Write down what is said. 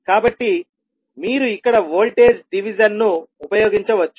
కాబట్టి మీరు ఇక్కడ వోల్టేజ్ డివిజన్ ను ఉపయోగించవచ్చు